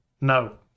No